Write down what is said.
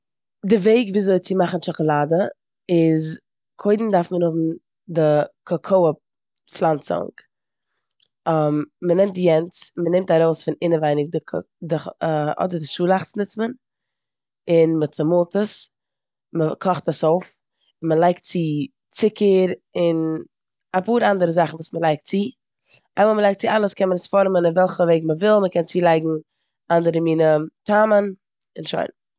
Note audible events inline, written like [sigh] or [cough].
די וועג וויאזוי צו מאכן טשאקאלאדע איז קודם דארף מען האבן די קאקאע פלאנצונג. [hesitation] מ'נעמט יענס און מ'נעמט ארויס פון אינעווייניג די ק- די כ- אדער די שאלאכטס נוצט מען, און מ'צומאלט עס, מ'קאכט עס אויף און מ'לייגט צו צוקער און אפאר אנדערע זאכן וואס מ'לייגט צו. איין מאל מ'לייגט אלעס צו קען מען עס פארעמען אין וועלכע וועג מ'וויל און מ'קען צילייגן אנדערע מינע טעמען און שוין.